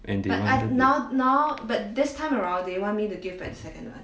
and they wanted it